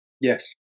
Yes